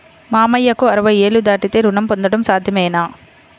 మామయ్యకు అరవై ఏళ్లు దాటితే రుణం పొందడం సాధ్యమేనా?